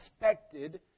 expected